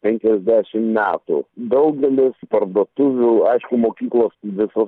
penkiasdešimt metų daugelis parduotuvių aišku mokyklos visos